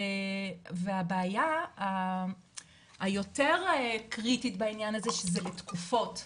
והבעיה היותר קריטית בעניין הזה, שזה לתקופות,